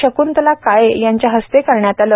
शक्ंतला काळे यांच्या हस्ते करण्यात आले